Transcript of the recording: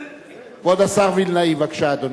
כבוד השר וילנאי, בבקשה, אדוני.